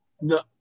No